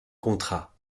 contrat